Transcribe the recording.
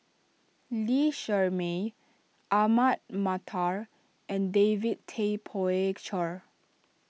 Lee Shermay Ahmad Mattar and David Tay Poey Cher